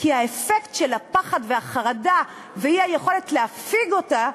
כי האפקט של הפחד והחרדה והאי-יכולת להפיג אותה,